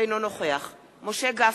אינו נוכח משה גפני,